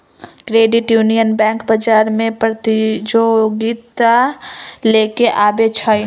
credit union bank बजार में प्रतिजोगिता लेके आबै छइ